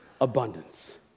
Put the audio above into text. abundance